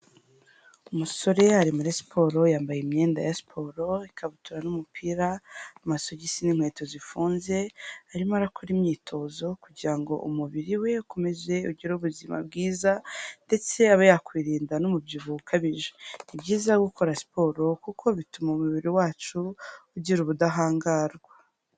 Umusore ari muri siporo, yambaye imyenda ya siporo, ikabutura n'umupira, amasogisi n'inkweto zifunze, arimo arakora imyitozo kugira ngo umubiri we ukomeze ugire ubuzima bwiza, ndetse abe yakwirinda n'umubyibuho ukabije, ni byiza gukora siporo kuko bituma umubiri wacu ugira ubudahangarwa.